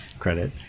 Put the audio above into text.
credit